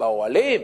באוהלים?